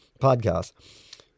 podcast